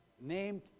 Named